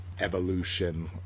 evolution